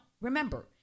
remember